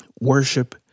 worship